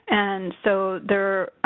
and so their.